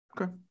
Okay